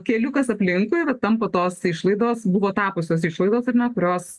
keliukas aplinkui vat tampa tos išlaidos buvo tapusios išlaidos ar ne kurios